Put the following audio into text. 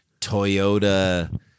Toyota